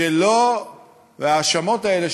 ושההאשמות האלה,